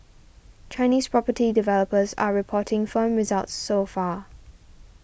Chinese property developers are reporting firm results so far